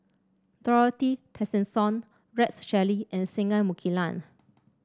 Dorothy Tessensohn Rex Shelley and Singai Mukilan